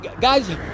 guys